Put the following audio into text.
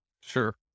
Sure